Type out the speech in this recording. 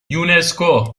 یونسکو